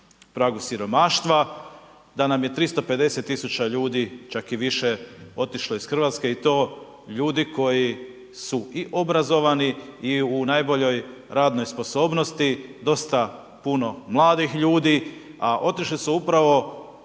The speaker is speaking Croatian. pragu siromaštva, da nam je 350 000 ljudi, čak i više, otišlo iz RH i to ljudi koji su i obrazovani i u najboljoj radnoj sposobnosti, dosta puno mladih ljudi, a otišli su upravo